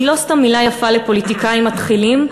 לא סתם מילה יפה לפוליטיקאים מתחילים,